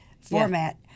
format